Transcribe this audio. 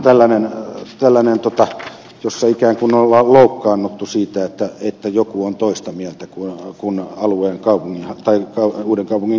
tämä on tällainen jossa ikään kuin on loukkaannuttu siitä että joku on toista mieltä kuin kunnan alueen kaupungin tai auton uudenkaupungin kaupunginhallitus